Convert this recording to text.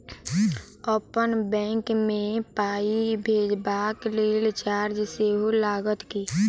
अप्पन बैंक मे पाई भेजबाक लेल चार्ज सेहो लागत की?